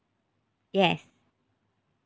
yes